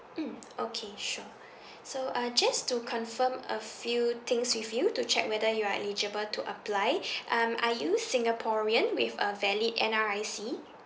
mm okay sure so uh just to confirm a few things with you to check whether you are eligible to apply um are you singaporean with a valid N_R_I_C